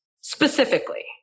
specifically